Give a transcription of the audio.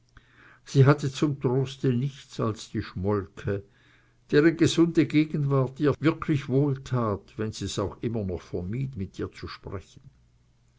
sie hatte zum troste nichts als die schmolke deren gesunde gegenwart ihr wirklich wohltat wenn sie's auch immer noch vermied mit ihr zu sprechen